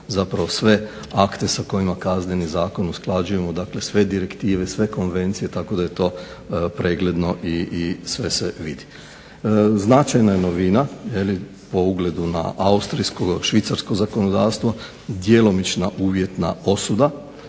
zapravo sve akte sa kojima Kazneni zakon usklađujemo, dakle sve direktive, sve konvencije tako da je to pregledno i sve se vidi. Značajna je novina, po ugledu na austrijsko i švicarsko zakonodavstvo, djelomična uvjetna osuda